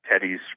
Teddy's